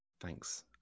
Thanks